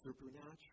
supernatural